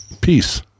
Peace